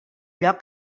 lloc